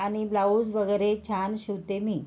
आणि ब्लाउज वगैरे छान शिवते मी